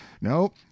no